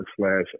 slash